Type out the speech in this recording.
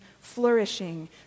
flourishing